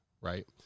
right